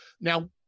Now